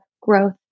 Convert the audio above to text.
growth